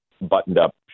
buttoned-up